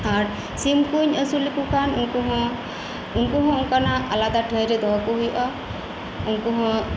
ᱟᱨ ᱥᱤᱢᱠᱩᱧ ᱟᱹᱥᱩᱞ ᱞᱮᱠᱩ ᱠᱷᱟᱱ ᱩᱱᱠᱩ ᱦᱚᱸ ᱩᱱᱠᱩ ᱦᱚᱸ ᱚᱱᱠᱟᱱᱟᱜ ᱟᱞᱟᱫᱟ ᱴᱷᱟᱹᱭ ᱨᱮ ᱫᱚᱦᱚᱠᱩ ᱦᱩᱭᱩᱜᱼᱟ ᱩᱱᱠᱩᱦᱚᱸ